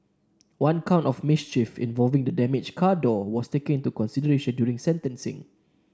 one count of mischief involving the damaged car door was taken into consideration during sentencing